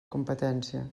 competència